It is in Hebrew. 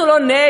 אנחנו לא נגד,